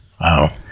Wow